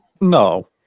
No